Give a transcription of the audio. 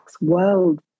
world